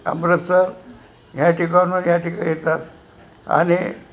अमृतसर ह्या ठिकाणवर ह्या ठिकाणी येतात आणि